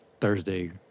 Thursday